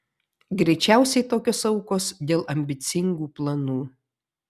greičiausiai tokios aukos dėl ambicingų planų